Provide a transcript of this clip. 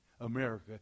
America